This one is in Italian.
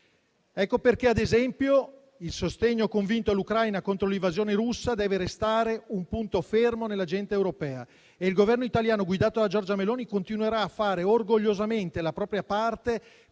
Ecco perché, ad esempio, il sostegno convinto all'Ucraina contro l'invasione russa deve restare un punto fermo nell'agenda europea e il Governo italiano guidato da Giorgia Meloni continuerà a fare orgogliosamente la propria parte per